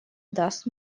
даст